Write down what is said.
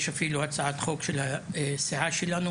יש אפילו הצעת חוק של הסיעה שלנו,